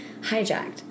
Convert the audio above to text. hijacked